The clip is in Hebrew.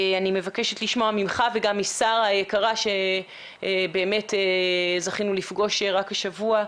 אני מבקשת לשמוע ממך וגם משרה היקרה שבאמת זכינו לפגוש רק השבוע,